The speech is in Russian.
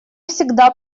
всегда